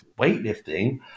weightlifting